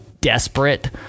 desperate